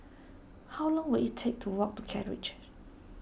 how long will it take to walk to Kent Ridge